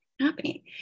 happening